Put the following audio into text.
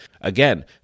Again